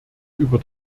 über